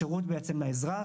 השירות לאזרח.